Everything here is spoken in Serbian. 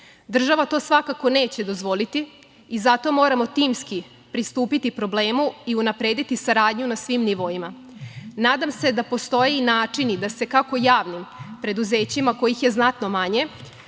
Država to svakako neće dozvoliti i zato moramo timski pristupiti problemu i unaprediti saradnju na svim nivoima. Nadam se da postoje načini da se kako javnim preduzećima, kojih je znatno manje,